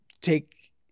take